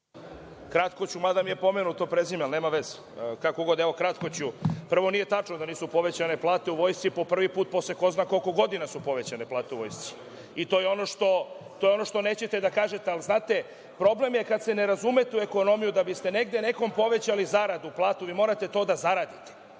Kratko ću, mada mi je pomenuto prezime, ali nema veze, kako god, evo kratko ću. Prvo, nije tačno da nisu povećane plate u vojsci, po prvi put posle ko zna koliko godina su povećane plate u vojsci i to je ono što nećete da kažete. Znate, problem je kada se ne razumete u ekonomiju, da biste negde nekome povećali zaradu, platu, vi morate to da zaradite.